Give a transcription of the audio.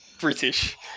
British